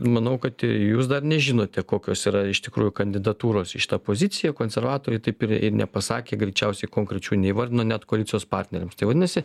manau kad ir jūs dar nežinote kokios yra iš tikrųjų kandidatūros į šitą poziciją konservatoriai taip ir nepasakė greičiausiai konkrečių neįvardino net koalicijos partneriams tai vadinasi